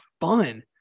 fun